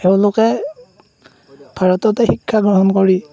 এওঁলোকে ভাৰততে শিক্ষা গ্ৰহণ কৰি